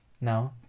No